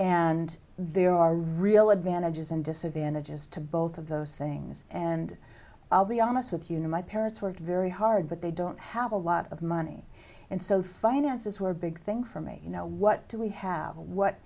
and there are real advantages and disadvantages to both of those things and i'll be honest with you my parents worked very hard but they don't have a lot of money and so finances were a big thing for me you know what do we have what